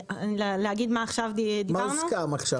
מה הוסכם עכשיו?